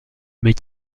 mais